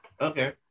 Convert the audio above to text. Okay